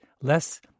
less